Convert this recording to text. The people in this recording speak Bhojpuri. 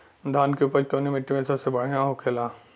धान की उपज कवने मिट्टी में सबसे बढ़ियां होखेला?